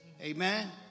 Amen